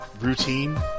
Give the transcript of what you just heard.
routine